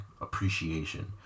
appreciation